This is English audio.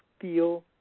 feel